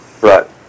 Right